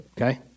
Okay